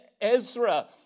Ezra